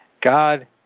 God